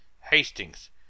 Hastings